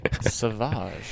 Savage